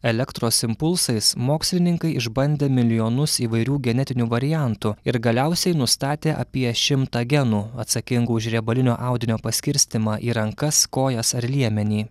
elektros impulsais mokslininkai išbandė milijonus įvairių genetinių variantų ir galiausiai nustatė apie šimtą genų atsakingų už riebalinio audinio paskirstymą į rankas kojas ar liemenį